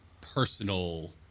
personal